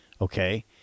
Okay